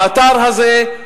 באתר הזה,